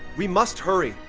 we must hurry.